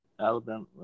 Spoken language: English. Alabama